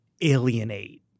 alienate